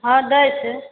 हँ दैत छै